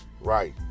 Right